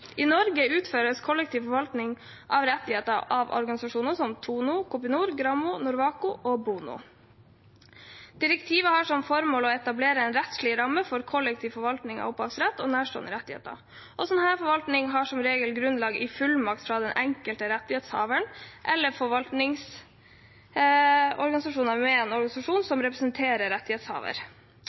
I Norge utøves kollektiv forvaltning av rettigheter av organisasjoner som TONO, Kopinor, Gramo, Norwaco og BONO. Direktivet har som formål å etablere en rettslig ramme for kollektiv forvaltning av opphavsrett og nærstående rettigheter. Slik forvaltning har som regel grunnlag i fullmakt fra den enkelte rettighetshaveren og/eller forvaltningskontrakt med en organisasjon som representerer